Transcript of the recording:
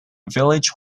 village